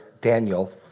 Daniel